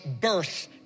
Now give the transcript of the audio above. birth